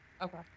Okay